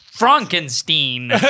Frankenstein